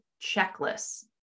checklists